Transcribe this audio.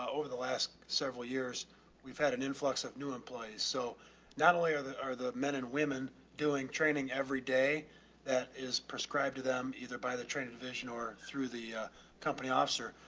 over the last several years we've had an influx of new employees. so not only are the, are the men and women doing training every day that is prescribed to them, either by the training division or through the a company officer.